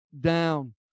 down